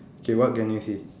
K what can you see